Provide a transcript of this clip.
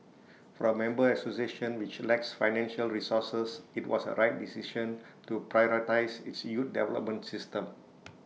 for A member association which lacks financial resources IT was A right decision to prioritise its youth development system